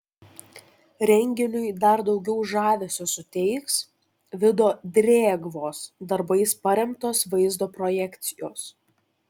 renginiui dar daugiau žavesio suteiks vido drėgvos darbais paremtos vaizdo projekcijos